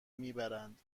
میبرند